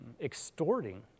extorting